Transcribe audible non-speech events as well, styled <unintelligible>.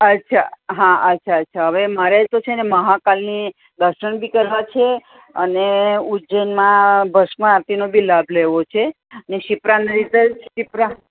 અચ્છા હા અચ્છા અચ્છા હવે મારે તો છેને મહાકાલની દર્શન બી કરવા છે અને ઉજ્જૈનમાં ભસ્મ આરતીનો બી લાભ લેવો છે ને ક્ષિપ્રા <unintelligible> ક્ષિપ્રા